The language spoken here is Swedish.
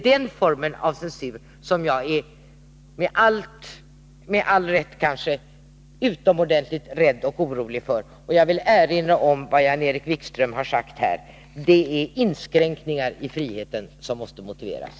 Den formen av censur är jag med all rätt utomordentligt orolig för. Jag vill erinra om vad Jan-Erik Wikström sade här, nämligen att det är inskränkningar i friheten som måste motiveras.